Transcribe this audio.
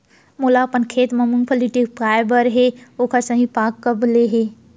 मोला अपन खेत म मूंगफली टिपकाय बर हे ओखर सही पाग कब ले हे?